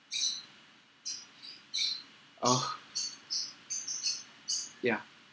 orh ya